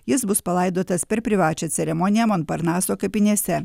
jis bus palaidotas per privačią ceremoniją monparnaso kapinėse